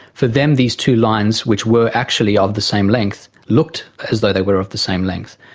for them these two lines, which were actually of the same length, looked as though they were of the same length.